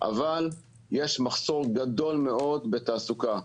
אבל יש מחסור גדול מאוד בתעסוקה.